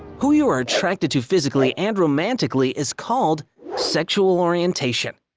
who you are attracted to physically and romantically is called sexual orientation.